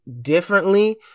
differently